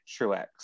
Truex